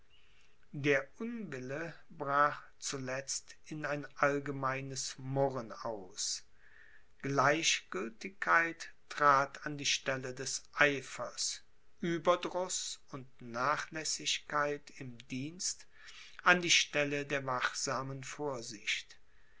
der unwille brach zuletzt in ein allgemeines murren aus gleichgültigkeit trat an die stelle des eifers ueberdruß und nachlässigkeit im dienst an die stelle der wachsamen vorsicht